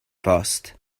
bost